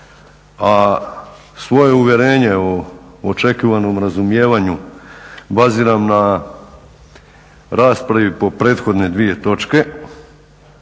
a svoje uvjerenje o očekivanom razumijevanju baziram po raspravi po prethodne dvije točke